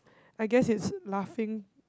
I guessed he's laughing